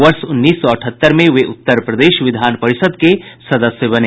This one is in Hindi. वर्ष उन्नीस सौ अठहत्तर में वे उत्तर प्रदेश विधान परिषद के सदस्य बने